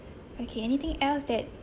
okay anything else that